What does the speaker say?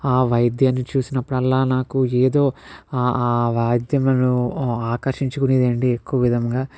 ఆ వాయిద్యాన్ని చూసినప్పుడల్లా నాకు ఏదో ఆ ఆ వాయిద్యము నన్ను ఆకర్షించుకునేది అండి ఎక్కువ విధముగా